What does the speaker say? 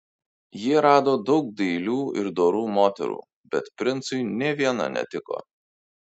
jie rado daug dailių ir dorų moterų bet princui nė viena netiko